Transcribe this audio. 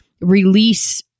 release